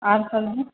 आर सबजी